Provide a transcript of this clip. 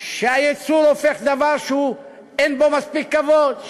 שהייצור בה הופך לדבר שאין בו מספיק כבוד,